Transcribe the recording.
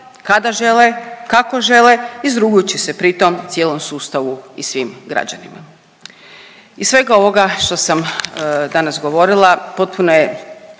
kada žele, kako žele, izrugujući se pri tom cijelom sustavu i svim građanima. Iz svega ovoga što sam danas govorila potpuno je